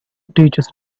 teaches